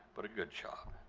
but a good job.